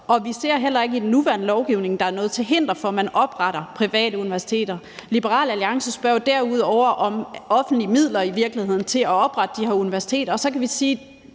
og vi ser heller ikke, at der i den nuværende lovgivning er noget til hinder for, at man opretter private universiteter. Liberal Alliance spørger jo derudover i virkeligheden om offentlige midler til at oprette de her universiteter, og man kan sige,